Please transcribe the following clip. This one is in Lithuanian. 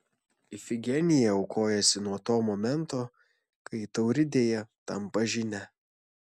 ifigenija aukojasi nuo to momento kai tauridėje tampa žyne